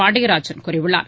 பாண்டியராஜன் கூறியுள்ளார்